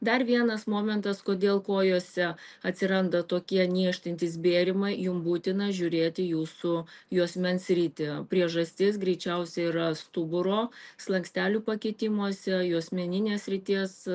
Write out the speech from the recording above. dar vienas momentas kodėl kojose atsiranda tokie niežtintys bėrimai jum būtina žiūrėti jūsų juosmens sritį priežastis greičiausiai yra stuburo slankstelių pakitimuose juosmeninės srities